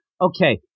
okay